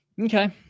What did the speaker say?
Okay